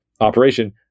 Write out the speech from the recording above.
operation